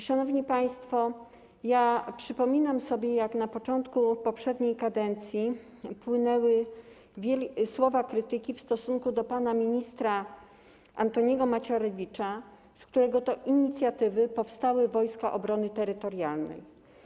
Szanowni państwo, przypominam sobie, jak na początku poprzedniej kadencji płynęły słowa krytyki w stosunku do pana ministra Antoniego Macierewicza, z którego to inicjatywy powstały Wojska Obrony Terytorialnej.